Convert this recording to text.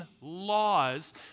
laws